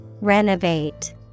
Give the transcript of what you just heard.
Renovate